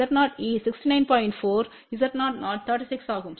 4 Z0o36 ஆகும்